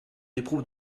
éprouve